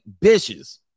bitches